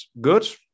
good